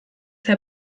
herr